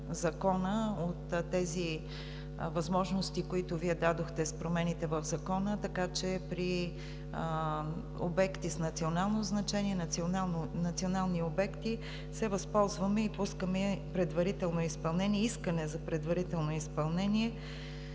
от тези възможности, които Вие дадохте с промените в Закона, така че при обекти с национално значение, национални обекти, се възползваме и пускаме искане за предварително изпълнение